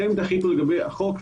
אתם תחליטו לגבי החוק,